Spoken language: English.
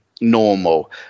normal